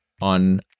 on